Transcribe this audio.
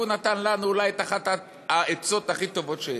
והוא נתן לנו אולי את אחת העצות הכי טובות שיש.